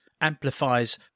amplifies